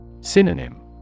Synonym